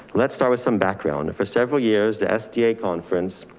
let's start with some background for several years. the sda conference.